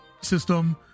system